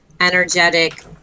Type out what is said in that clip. energetic